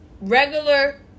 regular